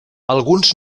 alguns